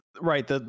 right